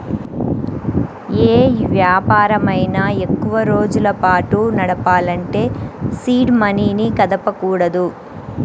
యే వ్యాపారమైనా ఎక్కువరోజుల పాటు నడపాలంటే సీడ్ మనీని కదపకూడదు